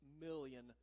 million